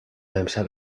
امشب